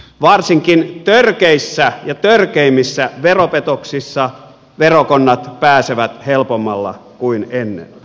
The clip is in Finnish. varsinkin törkeissä ja törkeimmissä veropetoksissa verokonnat pääsevät helpommalla kuin ennen